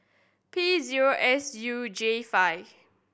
P zero S U J five